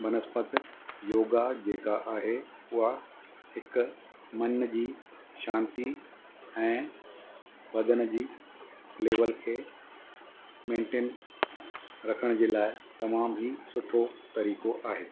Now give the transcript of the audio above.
बनस्बति योगा जेका आहे उहो हिकु मन जी शांती ऐं बदन जी लेवल खे मेंटेन रखण जे लाइ तमामु ई सुठो तरीक़ो आहे